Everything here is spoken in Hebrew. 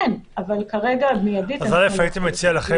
כן, אבל כרגע מידית, אנחנו לא יכולים.